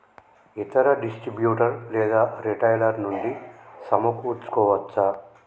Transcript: ఇతర డిస్ట్రిబ్యూటర్ లేదా రిటైలర్ నుండి సమకూర్చుకోవచ్చా?